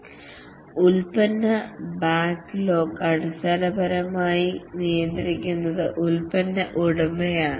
product backlog അടിസ്ഥാനപരമായി നിയന്ത്രിക്കുന്നത് product ഉടമയാണ്